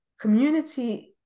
community